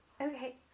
Okay